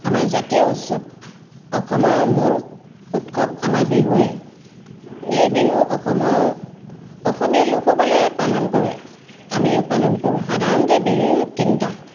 আমাৰ জাতীয় উৎসৱ অসমৰ মূল উৎসৱ আমাৰ বিহুৱে এই বিহু অসমৰ অসমীয়া লোকসকলে পালন কৰে আমিও পালন কৰোঁ সাধাৰণতে বিহু তিনিটা